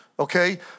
Okay